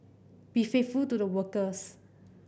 be faithful to the workers